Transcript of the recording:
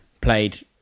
played